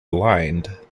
aligned